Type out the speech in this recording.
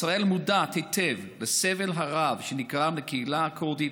ישראל מודעת היטב לסבל הרב שנגרם לקהילה הכורדית